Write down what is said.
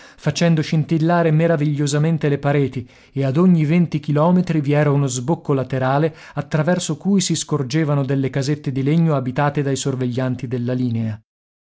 facendo scintillare meravigliosamente le pareti e ad ogni venti chilometri vi era uno sbocco laterale attraverso cui si scorgevano delle casette di legno abitate dai sorveglianti della linea